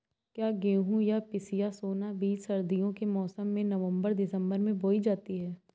क्या गेहूँ या पिसिया सोना बीज सर्दियों के मौसम में नवम्बर दिसम्बर में बोई जाती है?